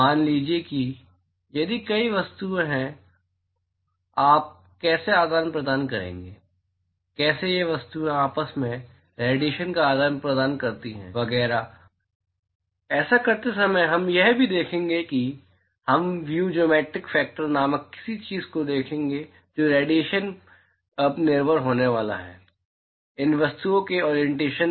मान लीजिए कि यदि कई वस्तुएं हैं तो आप कैसे आदान प्रदान करेंगे कैसे ये वस्तुएं आपस में रेडिएशन का आदान प्रदान करती हैं वगैरह और ऐसा करते समय हम यह भी देखेंगे कि हम व्यू ज्योमेट्रिक फैक्टर नामक किसी चीज़ को देखेंगे जो रेडिएशन अब निर्भर होने वाला है इन वस्तुओं के ऑरिएंटेशन पर